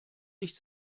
nicht